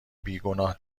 بیگناه